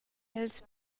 els